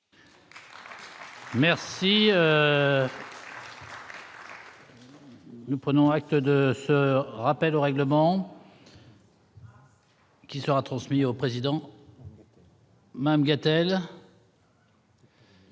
Merci. Nous prenons acte de ce rappel au règlement. Qui sera transmis au président. Manille a-t-elle.